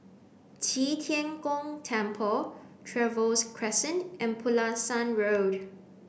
Qi Tian Gong Temple Trevose Crescent and Pulasan Road